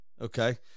Okay